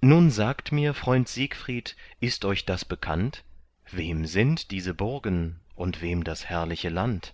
nun sagt mir freund siegfried ist euch das bekannt wem sind diese burgen und wem das herrliche land